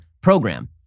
program